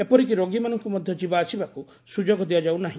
ଏପରିକି ରୋଗୀ ମାନଙ୍କୁ ମଧ ଯିବା ଆସିବାକୁ ସୁଯୋଗ ଦିଆଯାଉନାହି